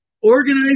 Organize